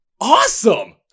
Awesome